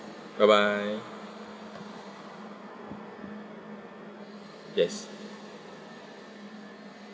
bye bye yes